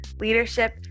leadership